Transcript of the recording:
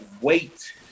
wait